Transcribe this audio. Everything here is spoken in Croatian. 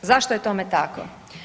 Zašto je tome tako?